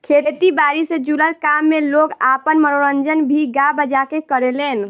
खेती बारी से जुड़ल काम में लोग आपन मनोरंजन भी गा बजा के करेलेन